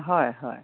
হয় হয়